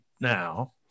now